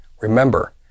Remember